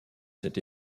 cette